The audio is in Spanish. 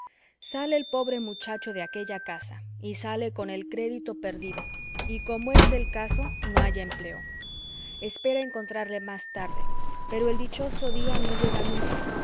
sale el pobre muchacho de aquella casa y sale con el crédito perdido y como es del caso no halla empleo espera encontrarle más tarde pero el dichoso día no llega nunca